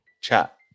Chat